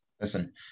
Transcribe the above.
Listen